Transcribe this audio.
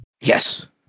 Yes